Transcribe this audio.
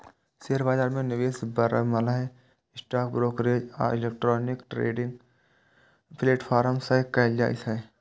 share बाजार मे निवेश बरमहल स्टॉक ब्रोकरेज आ इलेक्ट्रॉनिक ट्रेडिंग प्लेटफॉर्म सं कैल जाइ छै